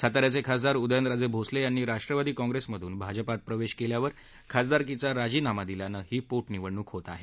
साताऱ्याचे खासदार उदयनराजे भोसले यांनी राष्ट्रवादी काँग्रिसमधून भाजपात प्रवेश केल्यावर खासदारकीचा राजीनामा दिल्यानं ही पोटनिवडणूक होत आहे